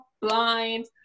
blind